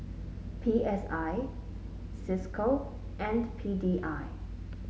P S I Cisco and P D I